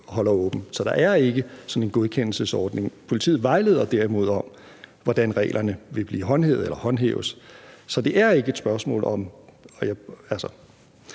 Så der er ikke sådan en godkendelsesordning. Rigspolitiet vejleder derimod om, hvordan reglerne håndhæves, så det er ikke et spørgsmål om,